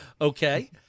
Okay